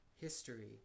history